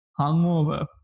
Hungover